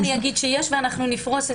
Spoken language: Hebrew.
אדוני אני אגיד שיש ואנחנו נפרוס את זה.